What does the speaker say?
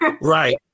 Right